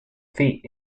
feet